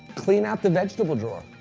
clean out the vegetable drawer.